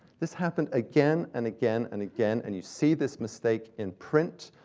this happened again and again and again, and you see this mistake in print,